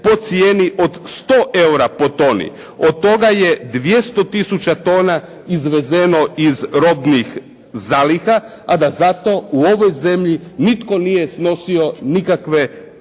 po cijeni od 100 € po toni, od toga je 200 tisuća tona izvezeno iz robnih zaliha, a da za to u ovoj zemlji nitko nije snosio nikakve